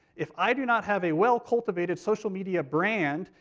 if i do not have a well-cultivated social media brand,